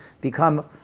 become